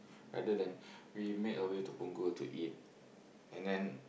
rather than we make our way to Punggol to eat and then